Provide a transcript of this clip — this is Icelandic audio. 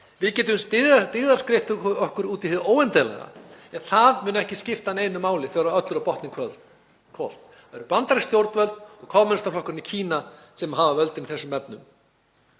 Við getum dyggðaskreytt okkur út í hið óendanlega en það mun ekki skipta neinu máli þegar öllu er á botninn hvolft. Það eru bandarísk stjórnvöld og kommúnistaflokkurinn í Kína sem hafa völdin í þessum efnum.